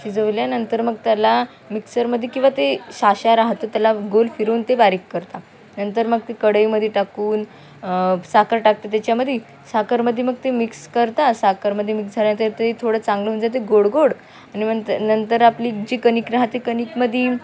शिजवल्यानंतर मग त्याला मिक्सरमध्ये किंवा ते साचा राहतो त्याला गोल फिरून ते बारीक करता नंतर मग ते कढईमध्ये टाकून साखर टाकते त्याच्यामध्ये साखरेमध्ये मग ते मिक्स करता साखरेमध्ये मिक्स झाल्यानंतर ते थोडं चांगलं होऊन जाते गोड गोड आणि मंत नंतर आपली जी कणीक राहते कणकेमध्ये